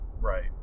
Right